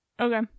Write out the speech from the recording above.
Okay